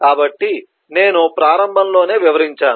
కాబట్టి నేను ప్రారంభంలోనే వివరించాను